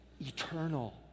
Eternal